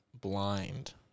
blind